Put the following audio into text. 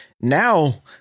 Now